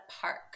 park